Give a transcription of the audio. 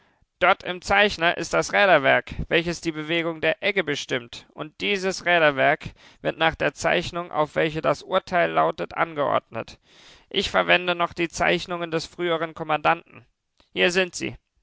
dort im zeichner ist das räderwerk welches die bewegung der egge bestimmt und dieses räderwerk wird nach der zeichnung auf welche das urteil lautet angeordnet ich verwende noch die zeichnungen des früheren kommandanten hier sind sie